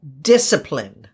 discipline